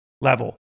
level